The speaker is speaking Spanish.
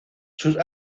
sus